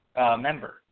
member